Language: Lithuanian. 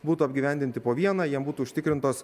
būtų apgyvendinti po vieną jiem būtų užtikrintos